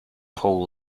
whole